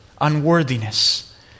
unworthiness